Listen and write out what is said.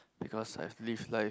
because I've lived life